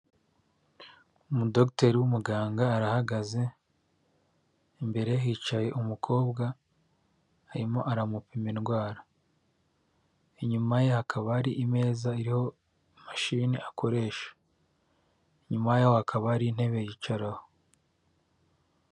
Umudogiteri w'umuganga arahagaze, imbere hicaye umukobwa arimo aramupima indwara, inyuma ye hakaba hari imeza iriho mashini akoresha, inyuma yaho hakaba hari intebe yicaraho.